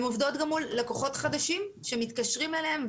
הן עובדות גם מול לקוחות חדשים שמתקשרים אליהם,